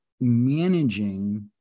managing